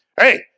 Hey